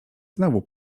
znowu